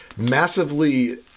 Massively